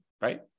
Right